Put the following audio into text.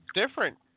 different